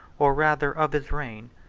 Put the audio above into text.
or rather of his reign,